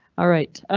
alright,